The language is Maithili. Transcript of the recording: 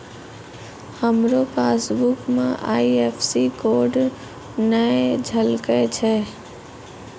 हमरो पासबुक मे आई.एफ.एस.सी कोड नै झलकै छै